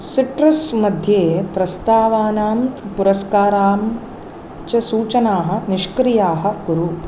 सिट्रुस्मध्ये प्रस्तावानां पुरस्कारां च सूचनाः निष्क्रियाः कुरु